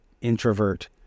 introvert